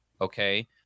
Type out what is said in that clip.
Okay